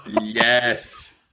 Yes